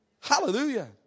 Hallelujah